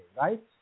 right